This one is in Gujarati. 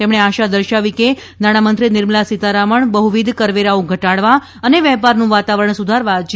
તેમણે આશા દર્શાવી હતી કે નાણામંત્રી નિર્મલા સીતારમણ બહ્વિધ કરવેરાઓ ઘટાડવા અને વેપારનું વાતાવરણ સુધારવા જી